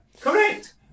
Correct